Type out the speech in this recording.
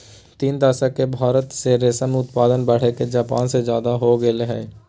तीन दशक से भारत के रेशम उत्पादन बढ़के जापान से ज्यादा हो गेल हई